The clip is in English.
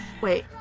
wait